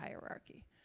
hierarchy